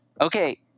Okay